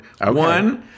One